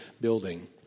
building